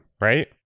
right